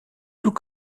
tout